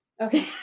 Okay